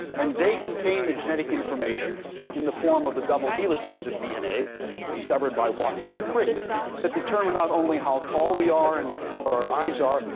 and they contain the genetic information in the form of the double helices of dna discovered by watson and crick that determine not only how tall we are and what color our eyes are,